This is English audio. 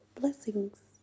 blessings